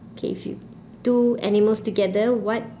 okay if you two animals together what